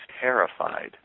terrified